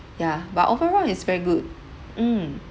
yeah but overall it's very good mm